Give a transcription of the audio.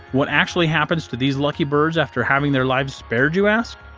what actually happens to these lucky birds after having their lives spared, you ask?